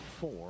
four